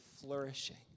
flourishing